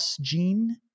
gene